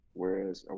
whereas